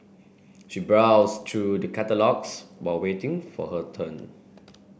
she browsed through the catalogues while waiting for her turn